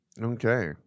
Okay